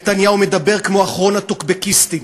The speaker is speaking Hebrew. נתניהו מדבר כמו אחרון הטוקבקיסטים.